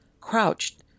crouched